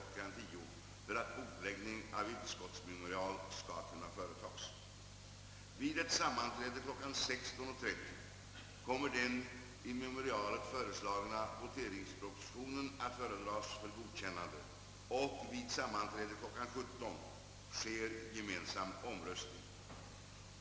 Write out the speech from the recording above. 10.00 för att bordläggning av utskottsmemorial skall kunna företagas. Vid ett sammanträde kl. 16.30 kommer den i memorialet föreslagna voteringspropositionen att föredragas för godkännande och vid sammanträde kl. 17.00 sker gemensam omröstning.